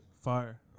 Fire